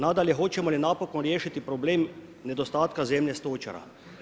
Nadalje, hoćemo li napokon riješiti problem, nedostatka zemlje stočara?